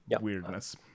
weirdness